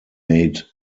made